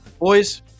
boys